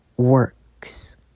works